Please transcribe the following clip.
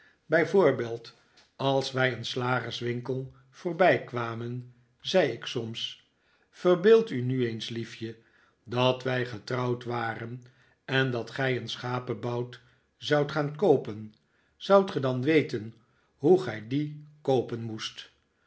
voorbeeld als wij een slagerswinkel voorbijkwamen zei ik soms verbeeld u nu eens liefje dat wij getrouwd waren en dat gij een schapebout zoudt gaan koopen zoudt ge dan weten hoe gij dien koopen moest